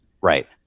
Right